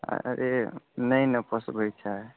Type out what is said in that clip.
अरे नहि ने पोसबैत छै